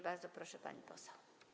Bardzo proszę, pani poseł.